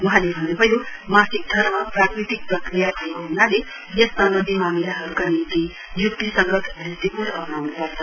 वहाँले भन्नुभयो मासिक धर्म प्राकृतिक प्रक्रिया भएको ह्नाले यस सम्बन्धी मामिलाहरूका निम्ति युक्तिसंगत दृष्टिकोण अप्नाउनु पर्छ